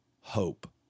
hope